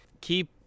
keep